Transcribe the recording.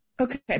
Okay